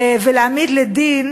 ולהעמיד לדין